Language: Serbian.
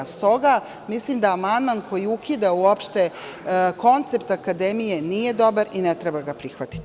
Stoga mislim da amandman koji ukida uopšte koncept akademije nije dobar i ne treba ga prihvatiti.